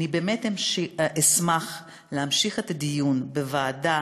באמת אשמח להמשיך את הדיון בוועדה,